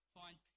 find